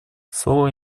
слово